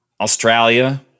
Australia